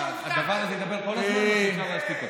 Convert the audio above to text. הדבר הזה ידבר כל הזמן או שאפשר להשתיק אותו?